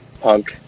punk